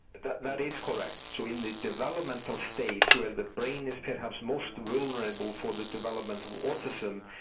that that is correct. so in the developmental state where the brain is perhaps most vulnerable for the development of autism,